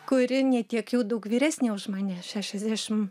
kuri ne tiek jau daug vyresnė už mane šešiasdešim